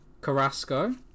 Carrasco